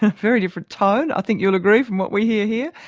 very different tone, i think you'll agree, from what we hear here.